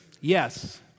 yes